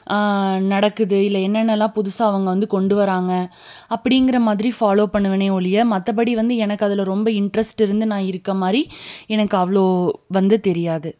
நடக்குது இல்லை என்னென்னலாம் புதுசாக அவங்க வந்து கொண்டு வராங்க அப்படிங்கிற மாதிரி ஃபாலோ பண்ணுவேனே ஒழிய மற்றபடி வந்து எனக்கு அதில் ரொம்ப இன்ட்ரஸ்ட் இருந்து நான் இருக்கற மாதிரி எனக்கு அவ்வளோ வந்து தெரியாது